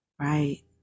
right